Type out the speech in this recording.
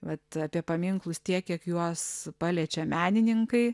vat apie paminklus tiek kiek juos paliečia menininkai